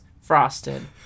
frosted